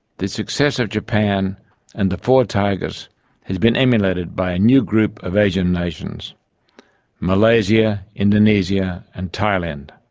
the success of japan and the four tigers has been emulated by a new group of asian nations malaysia, indonesia, and thailand.